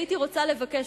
הייתי רוצה לבקש,